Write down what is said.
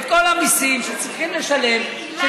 את כל המיסים שצריכים לשלם.